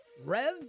Rev